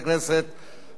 זהבה גלאון.